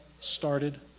Started